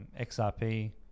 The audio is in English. XRP